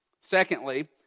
Secondly